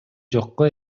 жокко